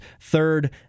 third